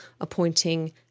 appointing